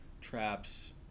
traps